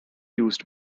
used